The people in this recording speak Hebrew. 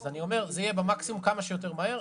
זה יהיה כמה שיותר מהר,